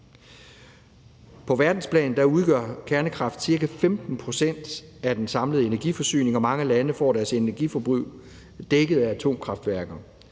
På verdensplan udgør kernekraft ca. 15 pct. af den samlede energiforsyning, og mange lande får deres energiforbrug dækket af atomkraftværker.